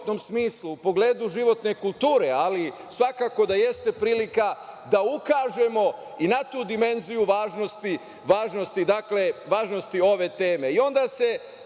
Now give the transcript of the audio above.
u pogledu životne kulture, ali svakako da jeste prilika da ukažemo i na tu dimenziju važnosti ove teme. Onda